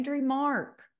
Mark